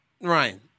Ryan